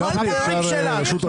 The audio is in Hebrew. חברים שלך.